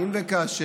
הכי גדולה.